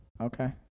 Okay